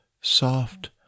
soft